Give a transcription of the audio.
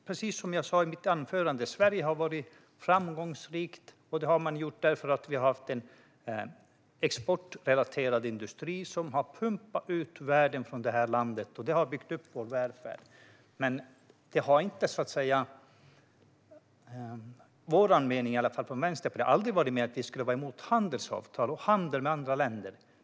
Precis som jag sa i mitt anförande: Sverige har varit framgångsrikt eftersom vi har haft en exportrelaterad industri som har pumpat ut värden från detta land, och det har byggt upp vår välfärd. Vänsterpartiets mening har aldrig varit att vi ska vara emot handelsavtal och handel med andra länder.